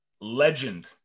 legend